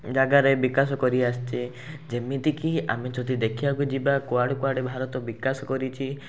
ଜାଗାରେ ବିକାଶ କରିଆସିଛି ଯେମିତିକି ଆମେ ଯଦି ଦେଖିବାକୁ ଯିବା କୁଆଡ଼େ କୁଆଡ଼େ ଭାରତ ବିକାଶ କରିଛି ତ